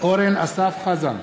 אורן אסף חזן,